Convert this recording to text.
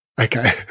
Okay